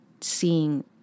seeing